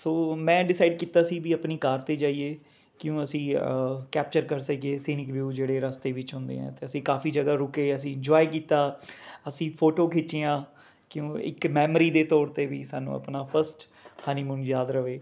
ਸੋ ਮੈਂ ਡਿਸਾਈਡ ਕੀਤਾ ਸੀ ਵੀ ਆਪਣੀ ਕਾਰ 'ਤੇ ਜਾਈਏ ਕਿਉਂ ਅਸੀਂ ਕੈਪਚਰ ਕਰ ਸਕੀਏ ਸੀਨਿਕ ਵਿਊ ਜਿਹੜੇ ਰਸਤੇ ਵਿੱਚ ਆਉਂਦੇ ਆ ਅਤੇ ਅਸੀਂ ਕਾਫੀ ਜਗ੍ਹਾ ਰੁਕੇ ਅਸੀਂ ਇੰਜੋਏ ਕੀਤਾ ਅਸੀਂ ਫੋਟੇ ਖਿੱਚੀਆਂ ਕਿਉਂ ਇੱਕ ਮੈਮੋਰੀ ਦੇ ਤੌਰ 'ਤੇ ਵੀ ਸਾਨੂੰ ਆਪਣਾ ਫਸਟ ਹਨੀਮੂਨ ਯਾਦ ਰਹੇ